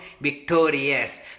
victorious